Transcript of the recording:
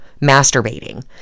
masturbating